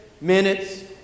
minutes